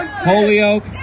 Holyoke